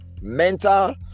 mental